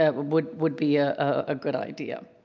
ah would would be ah a good idea.